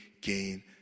gain